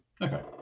Okay